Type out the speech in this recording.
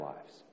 lives